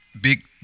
big